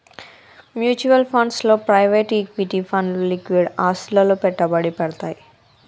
mutual funds లో private equity ఫండ్లు liquid ఆస్తులలో పెట్టుబడి పెడ్తయ్